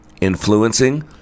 influencing